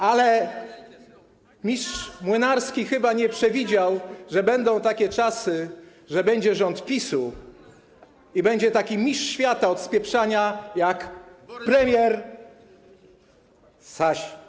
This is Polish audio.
Ale mistrz Młynarski chyba nie przewidział, że będą takie czasy, że będzie rząd PiS-u i będzie taki mistrz świata od spieprzania jak premier Sasin.